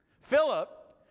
Philip